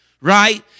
Right